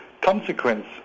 consequence